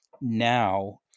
now